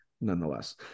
nonetheless